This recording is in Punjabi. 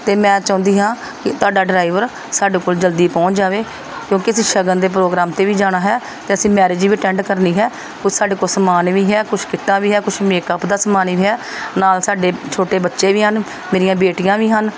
ਅਤੇ ਮੈਂ ਚਾਹੁੰਦੀ ਹਾਂ ਕਿ ਤੁਹਾਡਾ ਡਰਾਈਵਰ ਸਾਡੇ ਕੋਲ ਜਲਦੀ ਪਹੁੰਚ ਜਾਵੇ ਕਿਉਂਕਿ ਅਸੀਂ ਸ਼ਗਨ ਦੇ ਪ੍ਰੋਗਰਾਮ 'ਤੇ ਵੀ ਜਾਣਾ ਹੈ ਅਤੇ ਅਸੀਂ ਮੈਰਿਜ ਵੀ ਅਟੈਂਡ ਕਰਨੀ ਹੈ ਕੁਛ ਸਾਡੇ ਕੋਲ ਸਮਾਨ ਵੀ ਹੈ ਕੁਛ ਕਿੱਟਾਂ ਵੀ ਹੈ ਕੁਛ ਮੇਕਅਪ ਦਾ ਸਮਾਨ ਵੀ ਹੈ ਨਾਲ ਸਾਡੇ ਛੋਟੇ ਬੱਚੇ ਵੀ ਹਨ ਮੇਰੀਆਂ ਬੇਟੀਆਂ ਵੀ ਹਨ